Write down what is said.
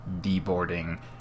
deboarding